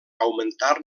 augmentar